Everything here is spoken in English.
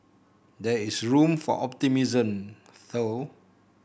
there is room for optimism though